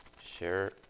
share